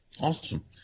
Awesome